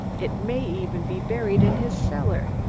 it may even be buried in his cellar.